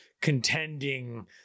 contending